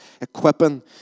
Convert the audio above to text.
equipping